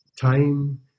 Time